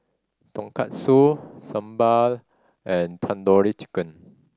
Tonkatsu Sambar and Tandoori Chicken